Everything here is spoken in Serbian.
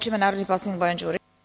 Reč ima narodni poslanik Bojan Đurić.